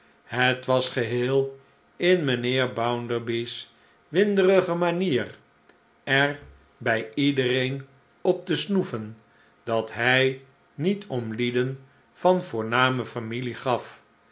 het was geheel in mijnheer bonnderby's winderige manicr er bij iedereen op te snoeven dat hij niet om lieden van voorname familie gaf